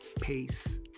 Peace